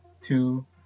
two